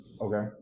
Okay